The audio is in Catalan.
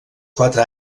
quatre